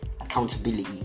accountability